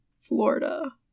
Florida